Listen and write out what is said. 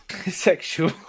Sexual